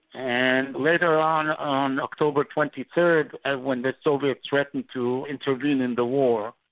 and later on on october twenty third ah when the soviets threatened to intervene in the war.